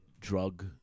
drug